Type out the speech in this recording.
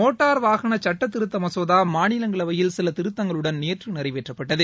motor வாகன சட்டத்திருத்த மசோதா மாநிலங்களவையில் சில திருத்தங்களுடன் நேற்று நிறைவேற்றப்பட்டது